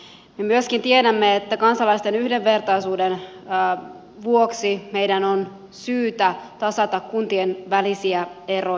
me myöskin tiedämme että kansalaisten yhdenvertaisuuden vuoksi meidän on syytä tasata kuntien välisiä eroja